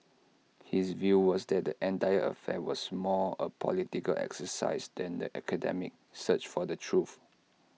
his view was that the entire affair was more A political exercise than an academic search for the truth